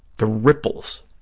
the ripples,